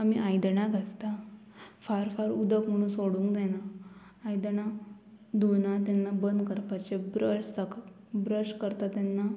आमी आयदनां घासता फार फार उदक म्हणून सोडूंक जायना आयदणां धुवना तेन्ना बंद करपाचें ब्रश साक ब्रश करता तेन्ना